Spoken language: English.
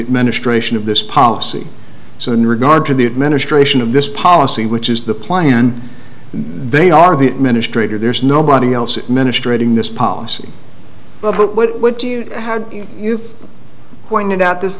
ministration of this policy so in regard to the administration of this policy which is the plan they are the administrator there's nobody else minister reading this policy but what do you have you've pointed out this